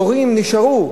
ומורים נשארו